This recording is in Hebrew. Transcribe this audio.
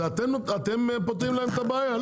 זה אתם פותרים להם את הבעיה?